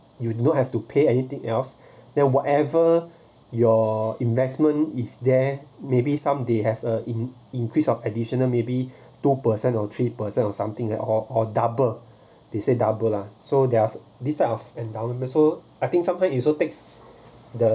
you would not have to pay anything else then whatever your investment is there maybe someday have a in increase of additional maybe two percent or three percent or something that or or double they said double lah so there's this type of endowment the so I think sometimes also takes the